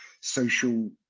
social